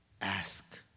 ask